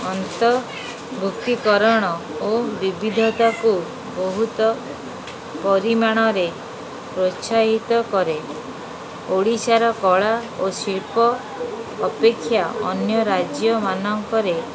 ଅନ୍ତଭୁକ୍ତିକରଣ ଓ ବିବିଧତାକୁ ବହୁତ ପରିମାଣରେ ପ୍ରୋତ୍ସାହିତ କରେ ଓଡ଼ିଶାର କଳା ଓ ଶିଳ୍ପ ଅପେକ୍ଷା ଅନ୍ୟ ରାଜ୍ୟମାନଙ୍କରେ